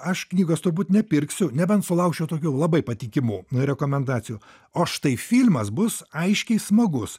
aš knygos turbūt nepirksiu nebent sulaukčiau tokio labai patikimų rekomendacijų o štai filmas bus aiškiai smagus